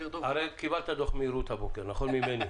קיבלתי דוח מהירות הבוקר ממני.